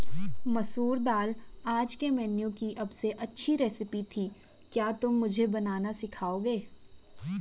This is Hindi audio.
मसूर दाल आज के मेनू की अबसे अच्छी रेसिपी थी क्या तुम मुझे बनाना सिखाओंगे?